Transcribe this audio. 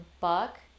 buck